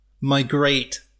migrate